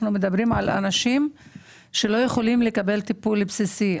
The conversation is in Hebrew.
אנחנו מדברים על אנשים שלא יכולים לקבל טיפול בסיסי.